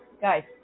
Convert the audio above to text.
guys